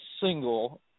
single –